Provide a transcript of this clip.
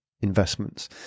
investments